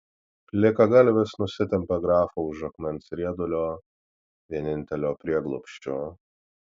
plikagalvis nusitempė grafą už akmens riedulio vienintelio prieglobsčio